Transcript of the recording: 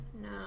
No